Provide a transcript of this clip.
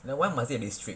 like why must it be strict